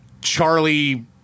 Charlie